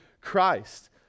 Christ